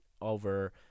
over